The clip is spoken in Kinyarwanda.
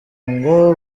ngo